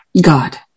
God